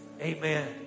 Amen